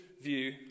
view